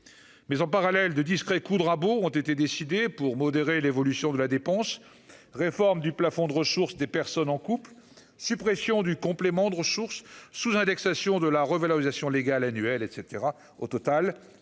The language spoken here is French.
mais en parallèle de discrets coups de rabot ont été décidées pour modérer l'évolution de la dépense, réforme du plafond de ressources des personnes en couple, suppression du complément de ressources sous-indexation de la revalorisation légale annuelle et caetera,